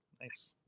Nice